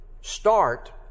start